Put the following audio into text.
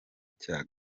cya